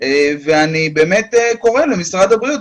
ואני באמת קורא למשרד הבריאות,